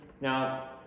now